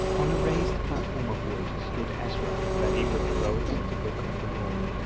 on a raised platform of wood stood ezra ready with the rolls of the books of the law,